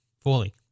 fully